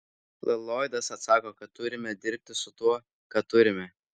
lloydas atsako kad turime dirbti su tuo ką turime